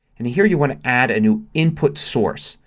and here you want to add a new input source.